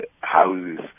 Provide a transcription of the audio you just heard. houses